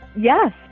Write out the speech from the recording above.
Yes